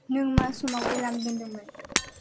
नों मा समाव एलार्म दोनदोंमोन